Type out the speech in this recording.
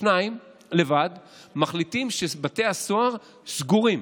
שניים לבד מחליטים שבתי הסוהר סגורים.